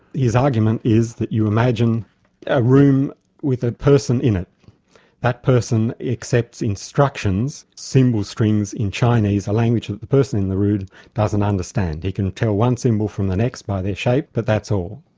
his argument is that you imagine a room with a person in it that person accepts instructions, symbol streams in chinese, a language that the person in the room doesn't understand, he can tell one symbol from the next by their shape, but that's all.